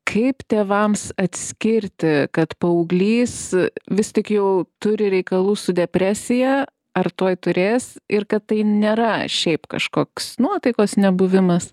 kaip tėvams atskirti kad paauglys vis tik jau turi reikalų su depresija ar tuoj turės ir kad tai nėra šiaip kažkoks nuotaikos nebuvimas